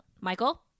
Michael